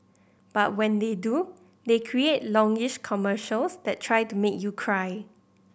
but when they do they create longish commercials that try to make you cry